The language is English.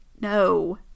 No